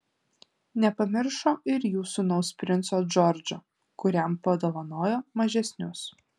nepamiršo ir jų sūnaus princo džordžo kuriam padovanojo mažesnius